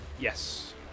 Yes